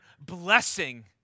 blessing